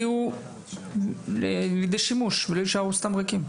יגיעו לידי שימוש ולא יישארו סתם ריקים?